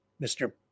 Mr